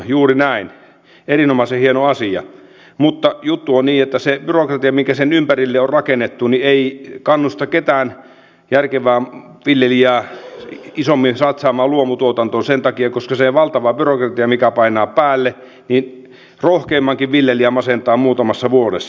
juuri näin erinomaisen hieno asia mutta juttu on niin että se byrokratia mikä sen ympärille on rakennettu ei kannusta ketään järkevää viljelijää isommin satsaamaan luomutuotantoon sen takia koska se valtava byrokratia mikä painaa päälle rohkeimmankin viljelijän masentaa muutamassa vuodessa